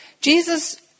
Jesus